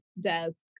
desk